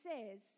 says